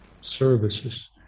services